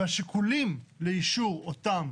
והשיקולים לאישור אותם